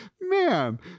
man